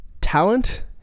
talent